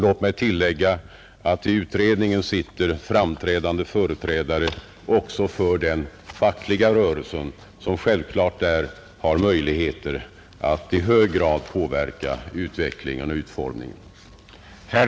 Låt mig tillägga att i utredningen sitter framträdande representanter också för den fackliga rörelsen vilka självklart där har möjlighet att i hög grad påverka utvecklingen och utformningen.